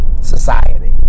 society